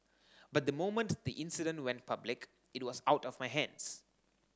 but the moment the incident went public it was out of my hands